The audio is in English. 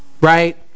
Right